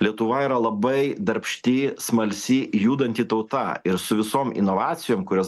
lietuva yra labai darbšti smalsi judanti tauta ir su visom inovacijom kurios